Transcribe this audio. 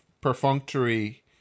perfunctory